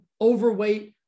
overweight